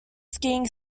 skiing